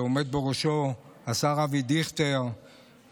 עומד בראשו השר אבי דיכטר,